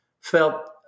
felt